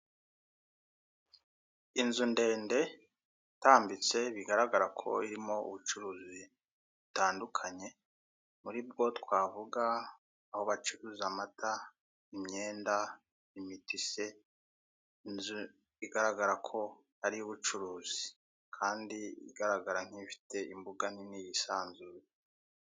Inzu ndende, itambitse, bigaragara ko irimo ubucuruzi butandukanye, muri bwo twavuga: aho bacuruza amata, imyenda, imitise, inzu igaragara ko ari iy'ubucuruzi. Kandi igaragara nk'ifite imbuga nini yisanzuye.